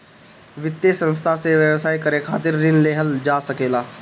वित्तीय संस्था से व्यवसाय करे खातिर ऋण लेहल जा सकेला